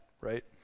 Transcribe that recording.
right